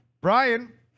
Brian